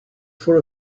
for